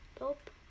Nope